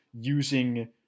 using